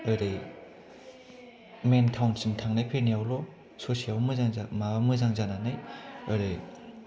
एरै मेइन टाउनसिम थांनाय फैनायावल' ससेआव मोजां जानानै एरै